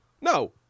No